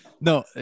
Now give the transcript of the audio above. No